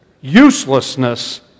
Uselessness